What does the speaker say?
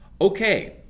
Okay